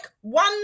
one